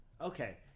Okay